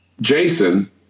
Jason